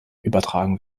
übertragen